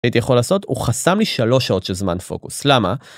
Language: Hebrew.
הייתי יכול לעשות הוא חסם לי שלוש שעות של זמן פוקוס, למה?